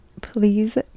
please